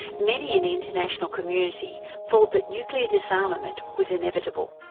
many in the international community thought that nuclear disarmament was inevitable.